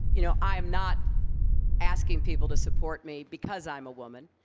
you know, i'm not asking people to support me because i'm a woman.